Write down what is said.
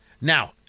Now